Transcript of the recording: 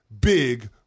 big